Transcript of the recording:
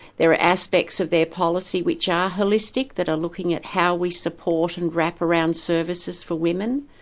there are aspects of their policy which are holistic, that are looking at how we support and wrap around services for women.